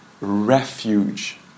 refuge